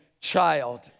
child